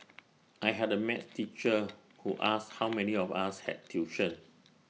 I had A math teacher who asked how many of us had tuition